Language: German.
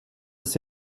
des